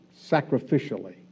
sacrificially